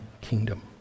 kingdom